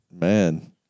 Man